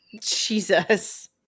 Jesus